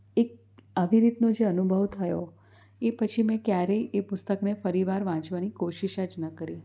એક આવી રીતનો જે અનુભવ થયો એ પછી મેં ક્યારેય એ પુસ્તકને ફરીવાર વાંચવાની કોશિષ જ ન કરી